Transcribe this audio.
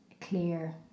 clear